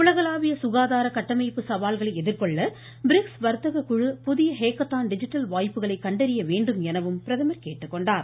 உலகளாவிய சுகாதார கட்டமைப்பு சவால்களை எதிர்கொள்ள பிரிக்ஸ் வர்த்தக குழு புதிய ஹேக்கதான் டிஜிட்டல் வாய்ப்புகளை கண்டறிய வேண்டும் என பிரதமர் கேட்டுக்கொண்டார்